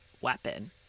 weapon